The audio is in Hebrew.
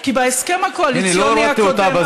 כי בהסכם הקואליציוני הקודם,